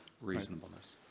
reasonableness